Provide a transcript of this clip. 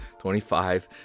25